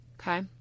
Okay